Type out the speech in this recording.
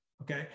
okay